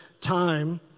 time